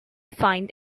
find